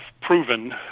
proven